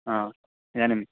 हा इदानीम्